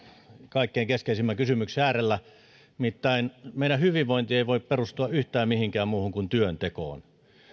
kaikkein keskeisimmän kysymyksen äärellä nimittäin meidän hyvinvointimme ei voi perustua yhtään mihinkään muuhun kuin työntekoon